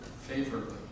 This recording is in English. favorably